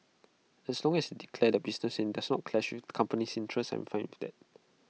as long as they declare their business and IT does not clash with company interests I'm fine with IT